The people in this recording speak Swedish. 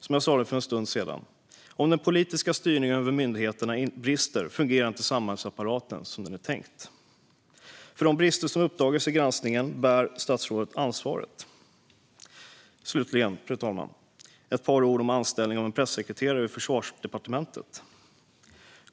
Som jag sa för en stund sedan: Om den politiska styrningen över myndigheterna brister fungerar inte samhällsapparaten som det är tänkt. För de brister som uppdagats i granskningen bär statsrådet ansvaret. Fru talman! Slutligen ett par ord om anställningen av en pressekreterare vid Försvarsdepartementet.